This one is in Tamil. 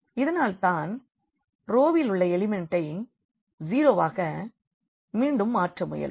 இதனால் தான் ரோவில் உள்ள எலிமெண்ட்டை 0 வாக மீண்டும் மாற்ற முயல்வோம்